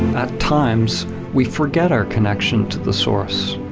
at times we forget our connection to the source.